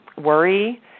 worry